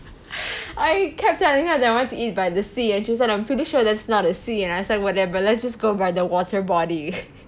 I kept telling her that I want to eat by the sea and she was like I'm pretty sure that's not a sea and I said whatever let's just go by the water body